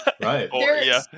Right